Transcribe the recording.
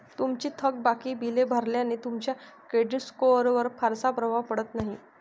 तुमची थकबाकी बिले भरल्याने तुमच्या क्रेडिट स्कोअरवर फारसा प्रभाव पडत नाही